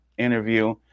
interview